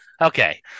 okay